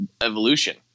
evolution